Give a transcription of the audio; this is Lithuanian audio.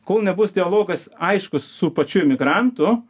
kol nebus dialogas aiškus su pačiu emigrantu